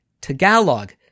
Tagalog